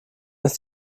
ist